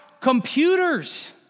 computers